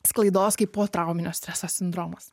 sklaidos kaip potrauminio streso sindromas